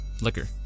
Liquor